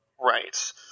right